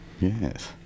yes